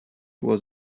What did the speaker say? was